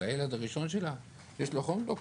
זה הילד הראשון שלה, יש לו חום דוקטור,